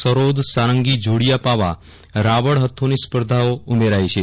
સરોદ સારંગી જોડિયાપાવા રાવણહથ્થોની સ્પર્ધાઓ ઉમેરાઇ છે